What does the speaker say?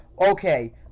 okay